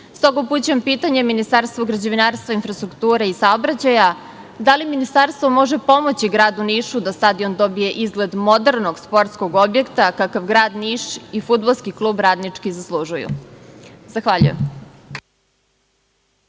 toga upućujem pitanje Ministarstvu građevinarstva, infrastrukture i saobraćaja, da li Ministarstvo može pomoći gradu Nišu da stadion dobije izgled modernog i sportskog objekta, kakav grad Niš i fudbalski klub „Radnički“ zaslužuju? Zahvaljujem.